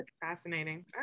Fascinating